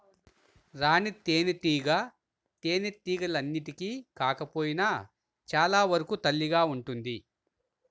రాణి తేనెటీగ తేనెటీగలన్నింటికి కాకపోయినా చాలా వరకు తల్లిగా ఉంటుంది